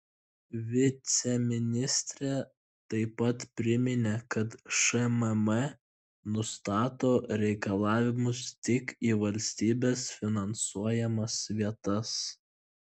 viceministrė taip pat priminė kad šmm nustato reikalavimus tik į valstybės finansuojamas vietas